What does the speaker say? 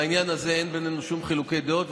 בעניין הזה אין בינינו שום חילוקי דעות,